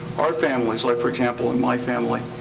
our families, like for example in my family,